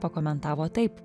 pakomentavo taip